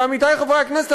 ועמיתי חברי הכנסת,